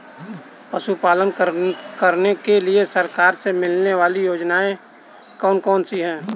पशु पालन करने के लिए सरकार से मिलने वाली योजनाएँ कौन कौन सी हैं?